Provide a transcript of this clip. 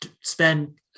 spend